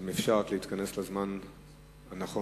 אז אם אפשר להתכנס לזמן הנכון.